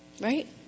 Right